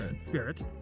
Spirit